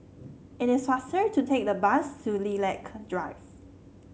it is faster to take the bus to Lilac Drive